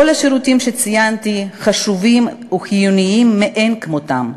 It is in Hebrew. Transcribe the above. כל השירותים שציינתי חשובים וחיוניים מאין כמותם,